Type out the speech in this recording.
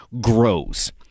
grows